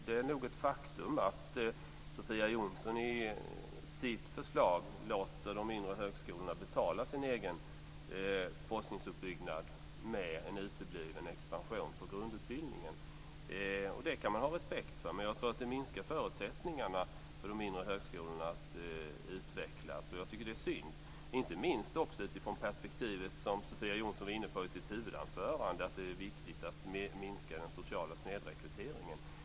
Det är nog ett faktum att Sofia Jonsson i sitt förslag låter de mindre högskolorna betala sin egen forskningsuppbyggnad med en utebliven expansion på grundutbildningen. Det kan man ha respekt för. Men jag tror att det minskar förutsättningarna för de mindre högskolorna att utvecklas. Jag tycker att det är synd, inte minst utifrån det perspektiv som Sofia Jonsson var inne på i sitt huvudanförande, att det är viktigt att minska den sociala snedrekryteringen.